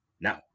Now